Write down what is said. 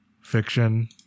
fiction